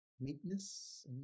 meekness